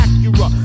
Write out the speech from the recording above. Acura